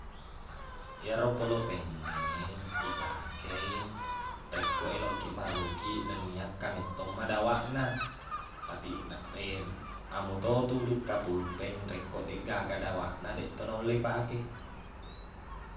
Iyaro polopeng e ipake i rekko eloqkiq marukiq nennia kamettomma dawaqna tapi na- amo to tuduq ka pulpen rekko deqgaga dawaqna deq to naulle i pake